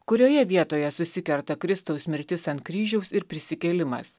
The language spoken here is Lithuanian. kurioje vietoje susikerta kristaus mirtis ant kryžiaus ir prisikėlimas